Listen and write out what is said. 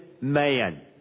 man